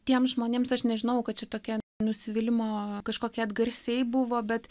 tiem žmonėms aš nežinojau kad čia tokia nusivylimo kažkokie atgarsiai buvo bet